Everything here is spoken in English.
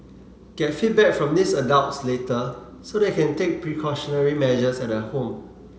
get feedback from these adults later so that you can take precautionary measures at the home